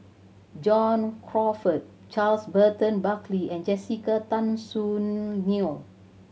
John Crawfurd Charles Burton Buckley and Jessica Tan Soon Neo